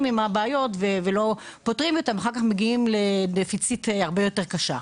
עם הבעיות ולא פותרים אותן וכך מגיעים לגירעון הרבה יותר קשה.